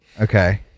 okay